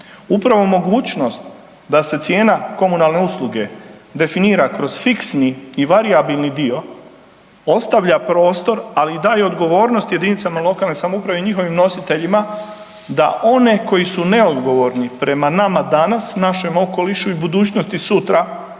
upravo mogućnost da se cijena komunalne usluge definira kroz fiksni i varijabilni dio ostavlja prostor, ali daje odgovornost jedinicama lokalne samouprave i njihovim nositeljima da one koji su neodgovorni prema nama danas, našem okolišu i budućnosti sutra